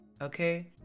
okay